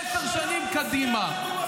עשר שנים קדימה.